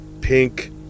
pink